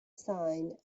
sign